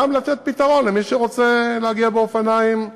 גם לתת פתרון למי שרוצה להגיע באופניים למקומות.